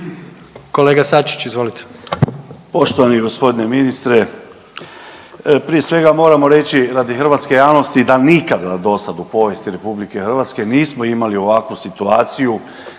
Kolega Sačić, izvolite.